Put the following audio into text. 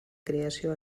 creació